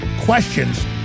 questions